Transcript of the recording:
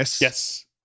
yes